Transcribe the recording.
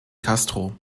castro